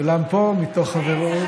כולם פה מתוך חברות.